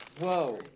Whoa